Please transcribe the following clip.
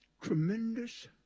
Tremendous